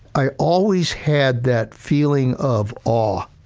i always had that feeling of all